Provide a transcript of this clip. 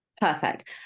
Perfect